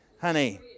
honey